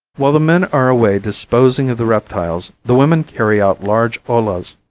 while the men are away disposing of the reptiles the women carry out large ollas,